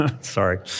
Sorry